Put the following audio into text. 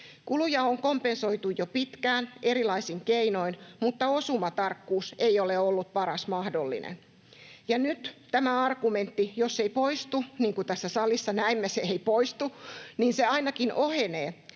Kuluja on kompensoitu jo pitkään erilaisin keinoin, mutta osumatarkkuus ei ole ollut paras mahdollinen. Ja jos tämä argumentti ei nyt poistu, niin kuin tässä salissa näimme, että se ei poistu, niin se ainakin ohenee